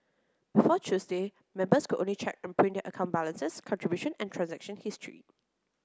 before Tuesday members could only check and print their account balances contribution and transaction history